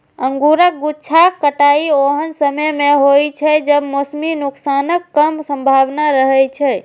अंगूरक गुच्छाक कटाइ ओहन समय मे होइ छै, जब मौसमी नुकसानक कम संभावना रहै छै